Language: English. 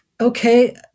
Okay